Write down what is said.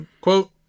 quote